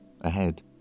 ahead